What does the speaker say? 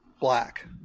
Black